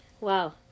wow